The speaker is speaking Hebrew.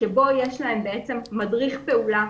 בו יש להם בעצם מדריך פעולה,